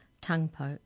tongue-poke